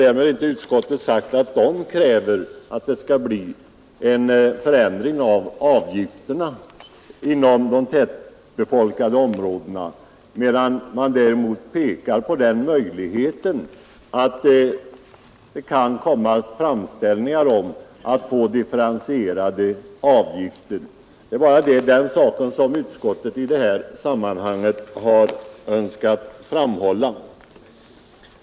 Därmed har inte utskottet sagt att utskottet kräver en sådan avgiftsnedsättning inom de tättbefolkade områdena. Men utskottet pekar på möjligheten att det kan komma «Nr 68 sådana framställningar, om man inför differentierade avgifter. Det är bara Torsdagen den den saken utskottet i detta sammanhang önskar framhålla.